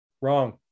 Wrong